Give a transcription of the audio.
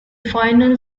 final